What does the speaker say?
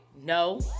No